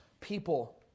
people